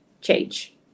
change